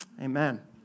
amen